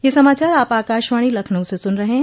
ब्रे क यह समाचार आप आकाशवाणी लखनऊ से सुन रहे हैं